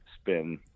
spin